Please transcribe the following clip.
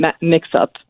mix-up